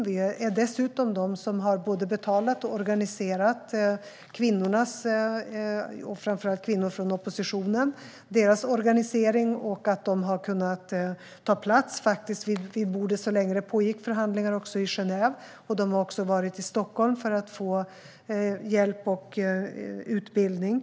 Vi har dessutom både betalat och organiserat kvinnornas, framför allt kvinnor från oppositionen, organisering och gjort att de kunde ta plats vid bordet så länge det pågick förhandlingar i Genève. De har också varit i Stockholm för att få hjälp och utbildning.